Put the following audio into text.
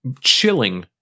chilling